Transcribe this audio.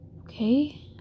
Okay